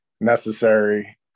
necessary